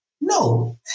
no